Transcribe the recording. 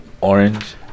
orange